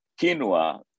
quinoa